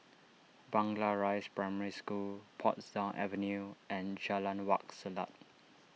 Blangah Rise Primary School Portsdown Avenue and Jalan Wak Selat